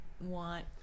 want